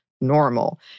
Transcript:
normal